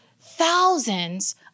thousands